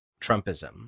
Trumpism